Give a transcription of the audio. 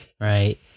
right